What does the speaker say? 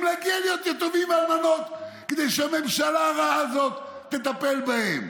להגיע להיות יתומים ואלמנות כדי שהממשלה הרעה הזאת תטפל בהם.